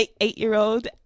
eight-year-old